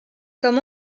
comme